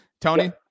Tony